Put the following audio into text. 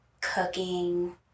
cooking